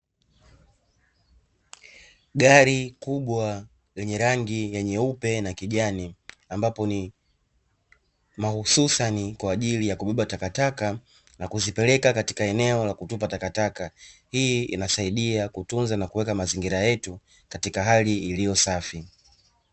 Gari kubwa lenye rangi ya nyeupe na kijani ambapo ni mahususani kwa ajili ya kubeba takataka na kuzipeleka katika eneo la kutupa takataka. Hii inasaidia kutunza na kuweka mazingira yetu katika hali iliyo safi.